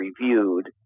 reviewed